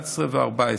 11 ו-14.